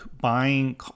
buying